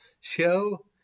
show